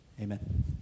Amen